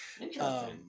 interesting